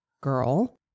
girl